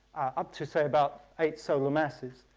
up to so about eight solar masses.